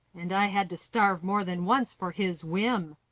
and i had to starve more than once for his whim.